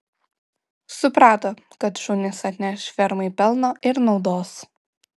suprato kad šunys atneš fermai pelno ir naudos